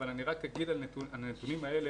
אבל אני רק אגיד על הנתונים האלה